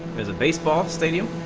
as a baseball stadium